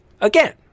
Again